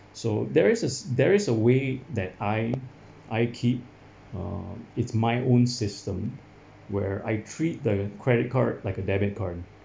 so there is a there is a way that I I keep uh it's my own system where I treat the credit card like a debit card